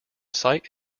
site